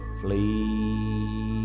flee